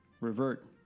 Revert